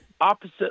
opposite